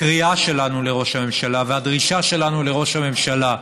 הקריאה שלנו לראש הממשלה והדרישה שלנו מראש הממשלה,